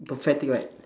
pathetic right